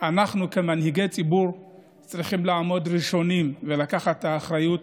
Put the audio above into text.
אנחנו כמנהיגי ציבור צריכים לעמוד ראשונים ולקחת את האחריות,